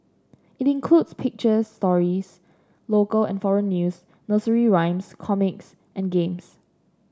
it includes picture stories local and foreign news nursery rhymes comics and games